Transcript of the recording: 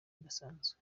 budasanzwe